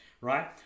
Right